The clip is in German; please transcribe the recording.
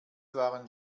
waren